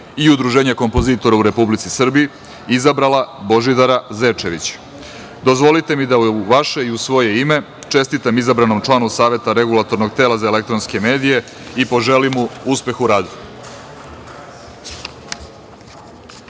i Udruženje kompozitora u Republici Srbiji, izabrala Božidara Zečevića. Dozvolite mi da u vaše i u svoje ime čestitam izabranom članu Saveta Regulatornog tela za elektronske medije i poželim mu uspeh u